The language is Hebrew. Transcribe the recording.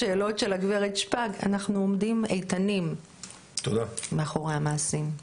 של הגברת שפק, אנחנו עומדים איתנים מאחורי המעשים.